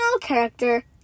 character